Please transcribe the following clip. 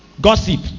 gossip